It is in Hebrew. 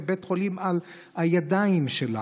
לבית חולים על הידיים שלה,